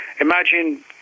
imagine